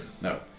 no